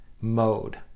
mode